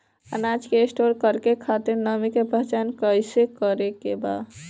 अनाज के स्टोर करके खातिर नमी के पहचान कैसे करेके बा?